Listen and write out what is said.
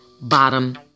Bottom